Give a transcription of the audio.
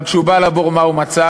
אבל כשהוא בא לבור מה הוא מצא?